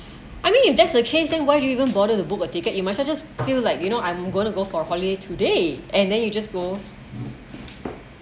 I mean if that's the case then why do you even bother to book a ticket you might I just feel like you know I'm going to go for a holiday today and then you just go